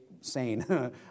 sane